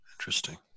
Interesting